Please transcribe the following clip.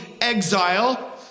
exile